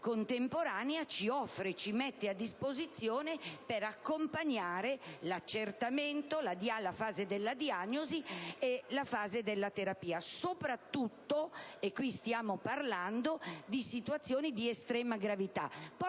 contemporanea ci offre e ci mette a disposizione per accompagnare l'accertamento, la diagnosi e la terapia. Soprattutto, e qui ne stiamo parlando, in situazioni di estrema gravità.